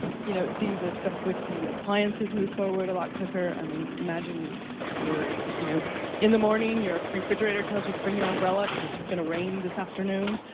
you know see the stuff with the appliances move forward a lot quicker. i mean, imagine your, you know in the morning, your refrigerator tells you to bring your umbrella because it's going to rain this afternoon.